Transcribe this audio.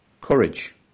courage